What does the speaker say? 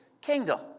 kingdom